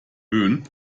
böen